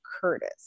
Curtis